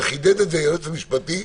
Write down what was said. וחידד את זה היועץ המשפטי,